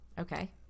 Okay